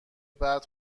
بعد